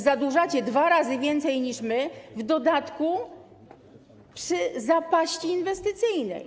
Zadłużacie dwa razy więcej niż my, w dodatku przy zapaści inwestycyjnej.